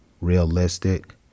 realistic